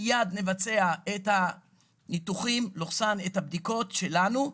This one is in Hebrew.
מיד נבצע את הניתוחים והבדיקות שלנו,